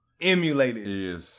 emulated